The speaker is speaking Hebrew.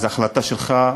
החלטה שלך,